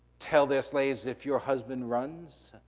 tell their slaves if your husband runs,